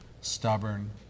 stubborn